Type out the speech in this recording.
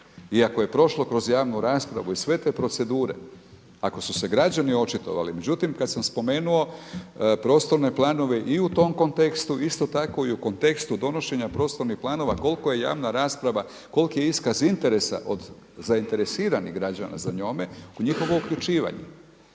Iako je prošlo kroz javnu raspravu i sve te procedure, ako su se građani očitovali. Međutim, kada sam spomenuo prostorne planove i u tom kontekstu isto tako i u kontekstu donošenja prostornih planova koliko je javna rasprava, koliki je iskaz interesa od zainteresiranih građana za njome njihovo uključivanje.